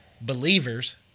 believers